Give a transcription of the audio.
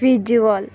visual